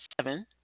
seven